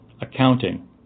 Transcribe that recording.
accounting